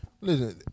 Listen